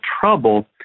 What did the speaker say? trouble